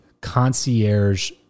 concierge